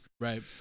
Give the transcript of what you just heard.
Right